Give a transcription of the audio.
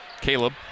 Caleb